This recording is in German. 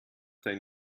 dein